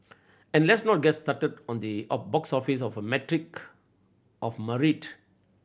and let's not get started on the box office as a metric of merit